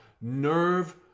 nerve